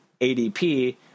ADP